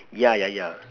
yeah yeah yeah